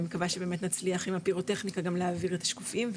מקווה שבאמת נצליח עם הפירוטכניקה גם להעביר את השקופיות.